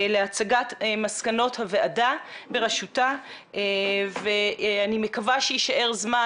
להצגת מסקנות הוועדה בראשותה ואני מקווה שיישאר זמן,